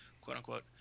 quote-unquote